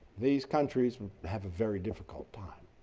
these countries have a very difficult time.